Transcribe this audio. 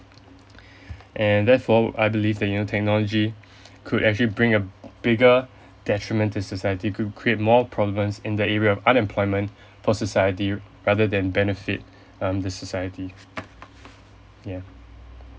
and therefore I believe that you know technology could actually bring a bigger detriment to society could create more province in the area unemployment for society rather then benefit um the society ya